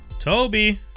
toby